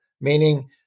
meaning